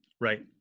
Right